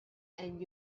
and